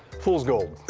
fool's gold.